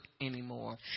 anymore